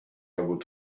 able